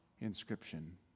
inscription